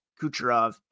Kucherov